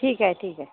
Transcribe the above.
ठीक आहे ठीक आहे